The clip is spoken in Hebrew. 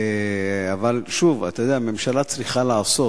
אבל שוב, אתה יודע, ממשלה צריכה לעשות.